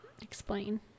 Explain